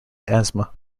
asthma